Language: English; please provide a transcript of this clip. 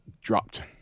dropped